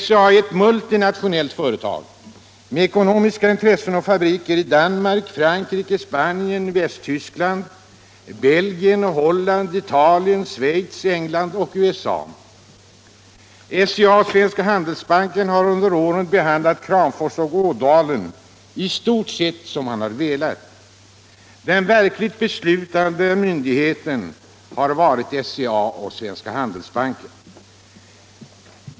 SCA är ett multinationellt företag med ekonomiska intressen och fa SCA och Svenska Handelsbanken har under åren behandlat Kramfors och Ådalen i stort sett som de velat. Den verkligt beslutande myndigheten har varit SCA och Svenska Handelsbanken.